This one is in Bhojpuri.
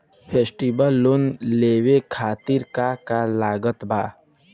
फेस्टिवल लोन लेवे खातिर का का लागत बा?